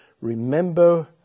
remember